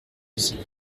usine